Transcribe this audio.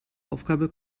aufgabe